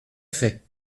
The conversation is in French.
fait